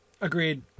agreed